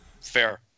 fair